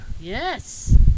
Yes